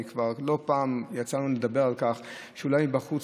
לא פעם יצא לנו לדבר על כך שאולי מבחוץ